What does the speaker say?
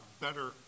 better